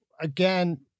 again